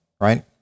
Right